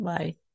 Bye